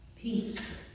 peace